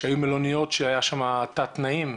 שהיו שם מלוניות שהיו שם תת תנאים.